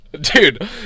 Dude